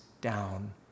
down